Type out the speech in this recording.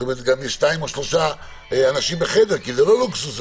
גם שניים או שלושה אנשים בחדר, כי זה לא לוקסוס.